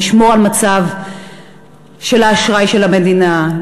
לשמור על מצב האשראי של המדינה,